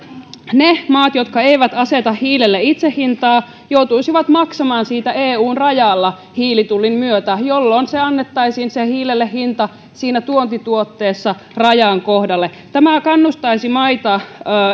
ne maat jotka eivät aseta hiilelle itse hintaa joutuisivat maksamaan siitä eun rajalla hiilitullin myötä jolloin hiilelle annettaisiin hinta siinä tuontituotteessa rajan kohdalla tämä kannustaisi maita